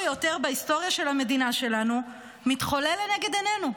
ביותר בהיסטוריה של המדינה שלנו מתחולל לנגד עינינו?